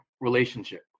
relationship